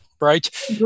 Right